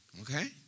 Okay